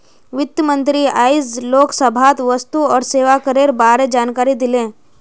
वित्त मंत्री आइज लोकसभात वस्तु और सेवा करेर बारे जानकारी दिले